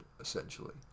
essentially